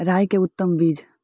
राई के उतम बिज?